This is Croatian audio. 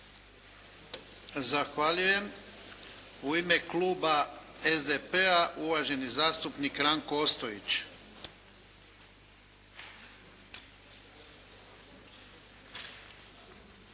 Zahvaljujem. U ime Kluba SDP-a uvaženi zastupnik Ranko Ostojić.